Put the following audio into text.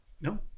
No